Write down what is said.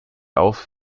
auf